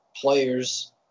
players